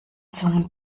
zungen